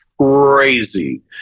crazy